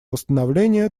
восстановления